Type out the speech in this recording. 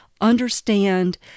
understand